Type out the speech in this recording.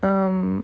um